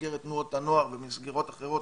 במסגרת תנועות הנוער ובמסגרות אחרות,